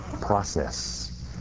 process